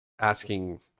asking